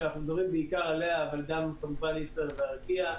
כי אנחנו מדברים עליה אבל גם כמובן על ישראייר וארקיע,